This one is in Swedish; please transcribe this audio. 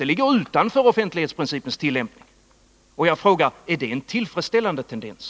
Det ligger utanför offentlighetsprincipens tillämpning, och jag frågar: Är det en tillfredsställande tendens?